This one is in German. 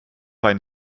ein